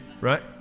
Right